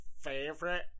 favorite